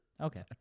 Okay